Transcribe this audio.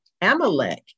Amalek